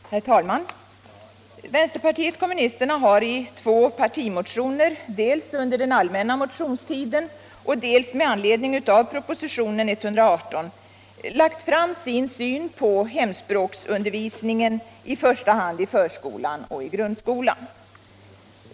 Herr talman! Vänsterpartiet kommunisterna har i två partimotioner —- dels under den allmänna motionstiden, dels med anledning av propositionen 118 — lagt fram sin syn på hemspråksundervisningen, i första hand i förskolan och i grundskolan.